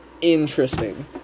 interesting